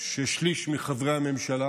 ששליש מחברי הממשלה